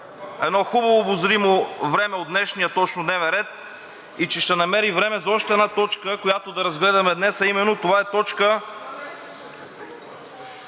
едно хубаво обозримо време от днешния точно дневен ред и че ще намери време за още една точка, която да разгледаме днес, а именно това е точка